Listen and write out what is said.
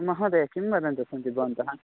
महोदया किं वदन्तः सन्ति भवन्तः